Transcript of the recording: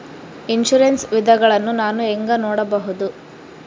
Insurance ವಿಧಗಳನ್ನ ನಾನು ಹೆಂಗ ನೋಡಬಹುದು?